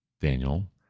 Daniel